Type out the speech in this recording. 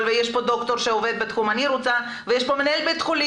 ויש פה ד"ר שעובד בתחום ויש פה מנהל בית חולים,